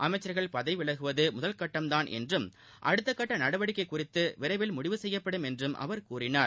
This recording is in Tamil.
அமைச்சர்கள் பதவி விலகுவது முதல் கட்டம்தான் என்றும் அடுத்த கட்ட நடவடிக்கை குறித்து விரைவில் முடிவு செய்யப்படும் என்றும் அவர் கூறினார்